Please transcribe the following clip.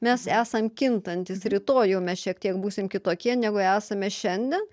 mes esam kintantys rytoj jau mes šiek tiek būsim kitokie negu esame šiandien